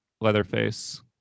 Leatherface